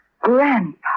grandpa